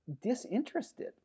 disinterested